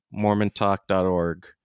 Mormontalk.org